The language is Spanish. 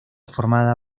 formada